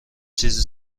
چیزی